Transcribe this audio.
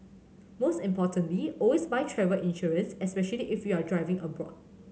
most importantly always buy travel insurance especially if you're driving abroad